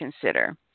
consider